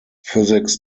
physics